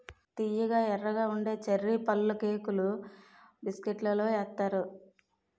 తియ్యగా ఎర్రగా ఉండే చర్రీ పళ్ళుకేకులు బిస్కట్లలో ఏత్తారు